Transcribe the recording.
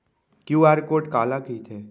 QR code काला कहिथे?